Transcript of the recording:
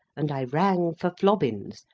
and i rang for flobbins,